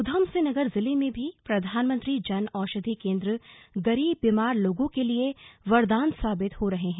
ऊधमसिंह नगर जिले में भी प्रधानमंत्री जन औषधि केंद्र गरीब बीमार लोगों के लिए वरदान साबित हो रहा है